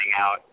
out